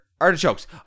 Artichokes